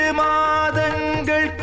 madangal